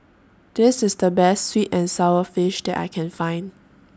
This IS The Best Sweet and Sour Fish that I Can Find